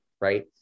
right